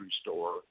store